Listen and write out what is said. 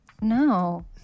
No